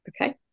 Okay